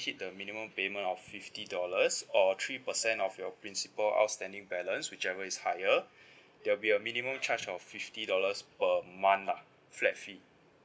hit the minimum payment of fifty dollars or three percent of your principal outstanding balance whichever is higher there'll be a minimum charge of fifty dollars per month lah flat fee